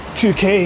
2k